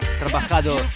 Trabajado